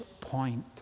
point